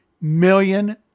million